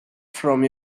from